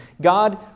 God